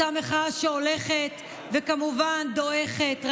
אותה מחאה הולכת ודועכת, כמובן.